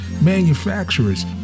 manufacturers